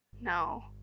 No